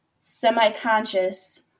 semi-conscious